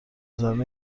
زنان